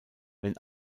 wenn